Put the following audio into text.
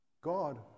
God